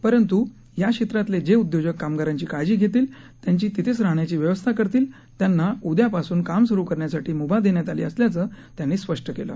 परंत् या क्षेत्राले जे उद्योजक कामगारांची काळजी घेतील त्यांची तिथेच राहण्याची व्यवस्था करतील त्यांना उद्यापासून काम स्रू करण्यासाठी म्भा देण्यात आली असल्याचे त्यांनी स्पष्ट केले